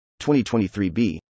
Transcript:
2023b